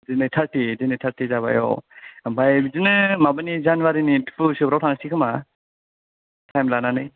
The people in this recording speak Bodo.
दिनै थारटि दिनै थारटि जाबाय औ आमफ्राय बिदिनो माबानि जानुवारिनि टु सोफ्राव थांसै खोमा टाइम लानानै